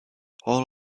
all